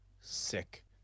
sick